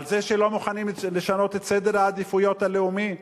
על זה שלא מוכנים לשנות את סדר העדיפויות הלאומי?